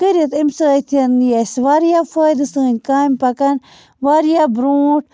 کٔرِتھ اَمہِ سۭتۍ یی اَسہِ واریاہ فٲیدٕ سٲنۍ کامہِ پکَن واریاہ برٛونٛٹھ